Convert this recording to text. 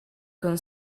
con